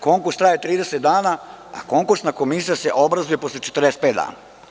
Konkurs traje 30 dana, a konkursna komisija se obrazuje posle 45 dana.